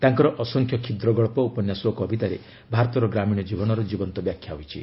ତାଙ୍କର ଅସଂଖ୍ୟ କ୍ଷୁଦ୍ରଗଳ୍ପ ଉପନ୍ୟାସ ଓ କବିତାରେ ଭାରତର ଗ୍ରାମୀଣ ଜୀବନର ଜୀବନ୍ତ ବ୍ୟାଖ୍ୟା ହୋଇଛି